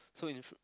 so in f~